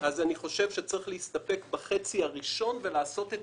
אז אני חושב שצריך להסתפק בחצי הראשון ולעשות את